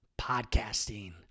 podcasting